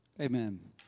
Amen